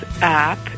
app